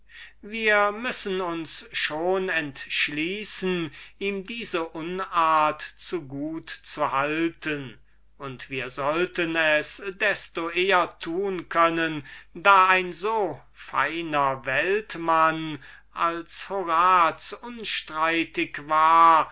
wir müssen uns schon entschließen ihm diese unart zu gut zu halten und wir sollten es desto eher tun können da ein so feiner weltmann als horaz unstreitig war